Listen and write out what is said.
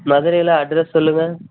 மதுரையில் அட்ரெஸ் சொல்லுங்கள்